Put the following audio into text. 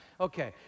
Okay